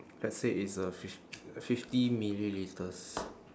let's say it's a fif~ fifty millilitres